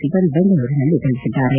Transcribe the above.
ಸಿವನ್ ಬೆಂಗಳೂರಿನಲ್ಲಿ ತಿಳಿಸಿದ್ದಾರೆ